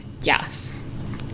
yes